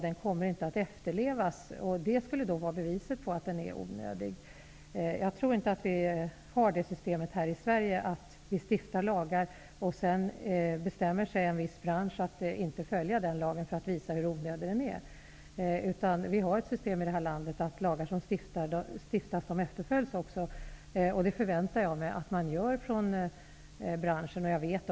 Den kommer inte att efterlevas, och det skulle vara beviset för att den är onödig. Vi har inte det systemet här i Sverige, att vi stiftar lagar och sedan bestämmer sig en viss bransch för att inte följa lagen, för att visa hur onödig den är. Här i landet är det så att de lagar som stiftas också efterlevs. Jag förväntar mig att branschen gör det.